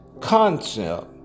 concept